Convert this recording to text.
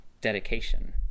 dedication